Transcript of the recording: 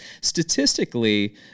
Statistically